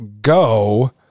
go